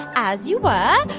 as you ah